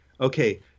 okay